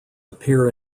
appear